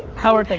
how are